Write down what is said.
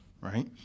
Right